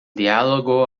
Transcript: dialogo